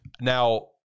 Now